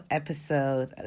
episode